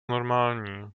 normální